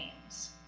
names